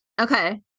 Okay